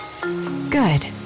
Good